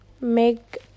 make